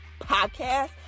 podcast